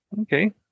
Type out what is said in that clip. Okay